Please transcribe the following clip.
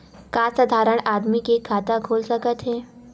का साधारण आदमी के खाता खुल सकत हे?